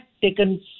taken